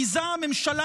מעיזה הממשלה